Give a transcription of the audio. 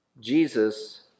Jesus